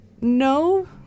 No